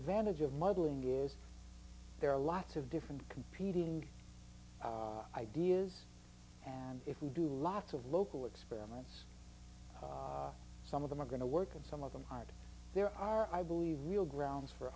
advantage of muddling is there are lots of different competing ideas and if we do lots of local experiments some of them are going to work and some of them are there are i believe real grounds for